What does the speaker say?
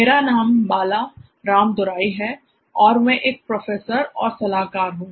मेरा नाम बाला रामादोराई है और मैं एक प्रोफेसर और सलाहकार हूं